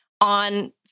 on